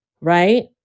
right